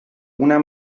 una